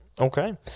okay